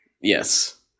Yes